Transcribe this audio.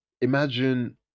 imagine